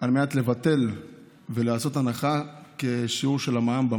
על מנת לבטל ולעשות הנחה במים כשיעור המע"מ.